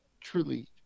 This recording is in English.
truly